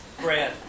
Brad